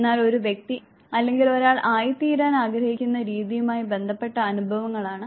എന്നാൽ ഒരു വ്യക്തി എങ്ങനെ ആയിരിക്കണമെന്ന് അല്ലെങ്കിൽ ഒരാൾ ആയിത്തീരാൻ ആഗ്രഹിക്കുന്ന രീതിയുമായി ബന്ധപ്പെട്ട അനുഭവങ്ങളാണ് ഐഡിയൽ സെൽഫ്